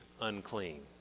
unclean